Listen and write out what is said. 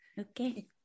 Okay